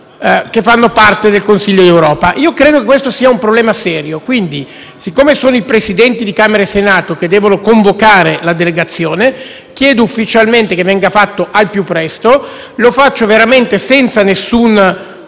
che fanno parte del Consiglio d'Europa. Credo che questo sia un problema serio, quindi, siccome sono i Presidenti di Camera e Senato che devono convocare la delegazione, chiedo ufficialmente che venga fatto al più presto e lo faccio veramente senza nessuno